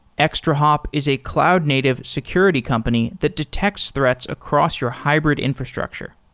extrahop is a cloud-native security company that detects threats across your hybrid infrastructure.